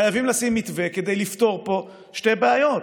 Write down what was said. חייבים לשים מתווה כדי לפתור פה שתי בעיות: